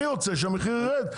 אני רוצה שהמחיר יירד,